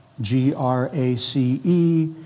G-R-A-C-E